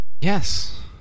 yes